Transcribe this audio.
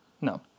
No